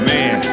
Man